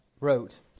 wrote